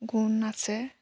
গুণ আছে